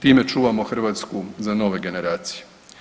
Time čuvamo Hrvatsku za nove generacije.